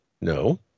No